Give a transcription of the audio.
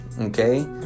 okay